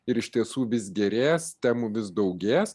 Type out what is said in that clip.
ir iš tiesų vis gerės temų vis daugės